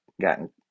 gotten